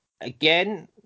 Again